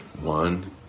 One